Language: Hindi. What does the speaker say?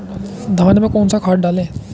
धान में कौन सा खाद डालें?